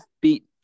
beat